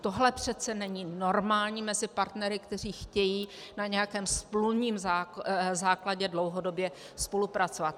Tohle přece není normální mezi partnery, kteří chtějí na nějakém smluvním základě dlouhodobě spolupracovat.